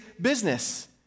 business